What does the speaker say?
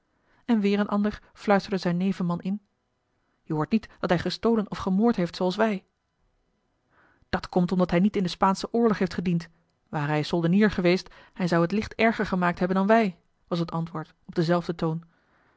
en weêr een ander fluisterde zijn nevenman in je hoort niet dat hij gestolen of gemoord heeft zooals wij dat komt omdat hij niet in den spaanschen oorlog heeft gediend ware hij soldenier geweest hij zou het licht erger gemaakt hebben dan wij was het antwoord op denzelfden toon